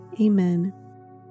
Amen